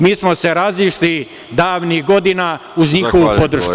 Mi smo se razišli davnih godina uz njihovu podršku.